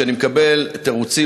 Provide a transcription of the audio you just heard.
כשאני מקבל תירוצים,